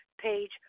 page